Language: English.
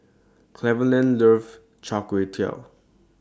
Cleveland loves Char Kway Teow